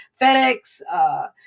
FedEx